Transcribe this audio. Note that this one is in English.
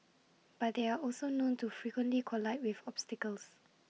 but they are also known to frequently collide with obstacles